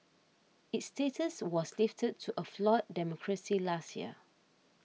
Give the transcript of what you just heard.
its status was lifted to a flawed democracy last year